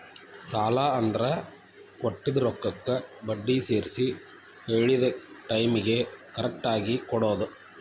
ಸಾಲ ಅಂದ್ರ ಕೊಟ್ಟಿದ್ ರೊಕ್ಕಕ್ಕ ಬಡ್ಡಿ ಸೇರ್ಸಿ ಹೇಳಿದ್ ಟೈಮಿಗಿ ಕರೆಕ್ಟಾಗಿ ಕೊಡೋದ್